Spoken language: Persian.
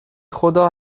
خدا